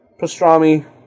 pastrami